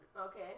Okay